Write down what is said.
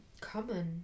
common